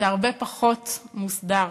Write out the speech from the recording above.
זה הרבה פחות מוסדר,